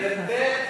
וב.